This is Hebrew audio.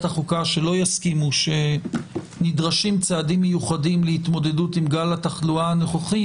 החוקה שלא יסכימו שנדרשים צעדים מיוחדים להתמודדות עם גל התחלואה הנוכחי.